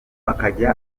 akajya